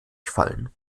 fallen